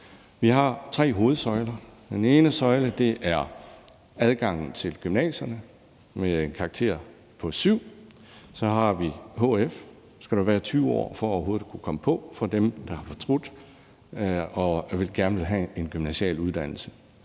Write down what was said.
Vi har tre hovedsøjler. Den ene søjle er adgangen til gymnasierne med en karakter på 7. Så har vi hf, hvor du skal være 20 år for overhovedet at komme ind, for dem, der har fortrudt og gerne vil have en gymnasial uddannelse.